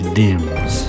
dims